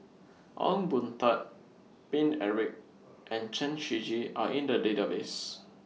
Ong Boon Tat Paine Eric and Chen Shiji Are in The Database